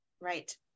right